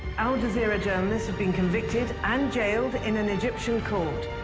al jazeera journalists have been convicted and jailed in an egyptian court.